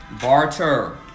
Barter